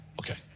Okay